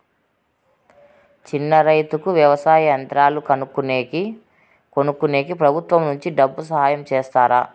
చిన్న రైతుకు వ్యవసాయ యంత్రాలు కొనుక్కునేకి ప్రభుత్వం నుంచి డబ్బు సహాయం చేస్తారా?